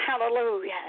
Hallelujah